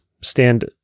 stand